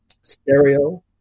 Stereo